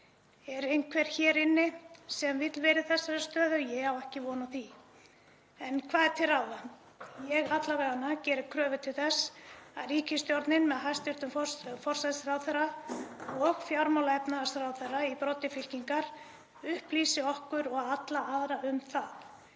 Er einhver hér inni sem vill vera í þessari stöðu? Ég á ekki von á því. En hvað er til ráða? Ég alla vega geri kröfu til þess að ríkisstjórnin, með hæstv. forsætisráðherra og fjármála- og efnahagsráðherra í broddi fylkingar, upplýsi okkur og alla aðra um það.